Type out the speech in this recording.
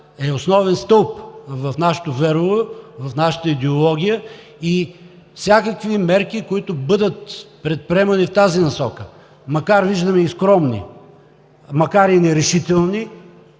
е основен стълб в нашето верую, в нашата идеология, и всякакви мерки, които бъдат предприемани в тази насока, виждаме, макар и скромни, макар и нерешителни,